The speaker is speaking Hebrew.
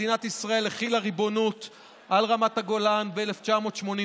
מדינת ישראל החילה ריבונות על רמת הגולן ב-1981,